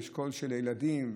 של הילדים,